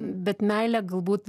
bet meilė galbūt